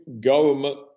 government